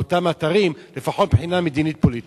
אותם אתרים לפחות מבחינה מדינית פוליטית.